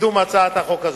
בקידום הצעת החוק הזאת.